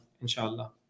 Inshallah